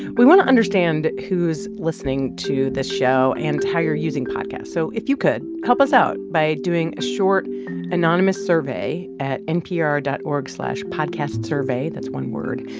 we want to understand who's listening to this show and how you're using podcasts, so if you could, help us out by doing a short anonymous survey at npr dot org slash podcastsurvey that's one word.